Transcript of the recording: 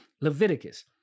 Leviticus